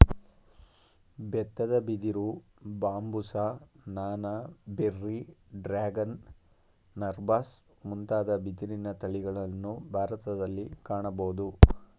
ಬೆತ್ತದ ಬಿದಿರು, ಬಾಂಬುಸ, ನಾನಾ, ಬೆರ್ರಿ, ಡ್ರ್ಯಾಗನ್, ನರ್ಬಾಸ್ ಮುಂತಾದ ಬಿದಿರಿನ ತಳಿಗಳನ್ನು ಭಾರತದಲ್ಲಿ ಕಾಣಬೋದು